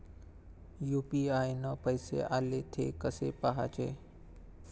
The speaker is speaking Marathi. यू.पी.आय न पैसे आले, थे कसे पाहाचे?